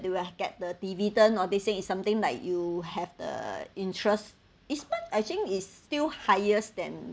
you will get the dividend or let's say it's something like you have the interest is much I think is still higher then